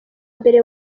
mbere